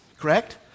Correct